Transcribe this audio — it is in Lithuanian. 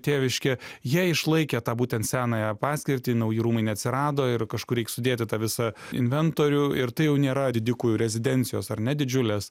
tėviškė jie išlaikė tą būtent senąją paskirtį nauji rūmai neatsirado ir kažkur reik sudėti tą visą inventorių ir tai jau nėra didikų rezidencijos ar ne didžiulės